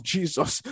Jesus